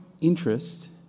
interest